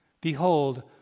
behold